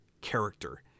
character